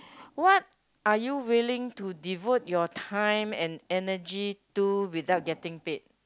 what are you willing to devote your time and energy to without getting paid